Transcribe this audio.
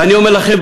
ואני אומר לכם,